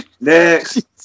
Next